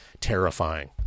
terrifying